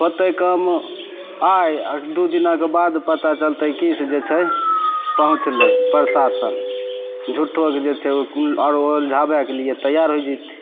होयतै काम आइ आ दू दिनाकऽ बाद पता चलतै कि से जे छै पहुँचलै प्रशासन झुट्ठोके जे छै आओरो उलझाबेके लिए तैआर होइ जैतै